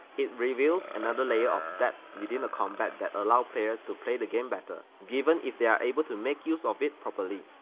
it reveals another layer of depths within the combat that allow players to play the game better, given if they are able to make use of it properly.